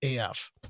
AF